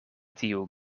tiu